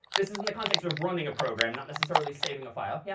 this is in the context of running a program, not necessarily saving a file. yeah